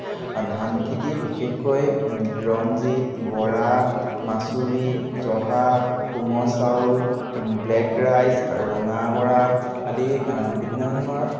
ধান খেতি বিশেষকৈ ৰঞ্জিত বৰা মাছুৰি জহা কোমল চাউল ব্লেক ৰাইচ ৰঙা বৰা আদি বিভিন্ন ধৰণৰ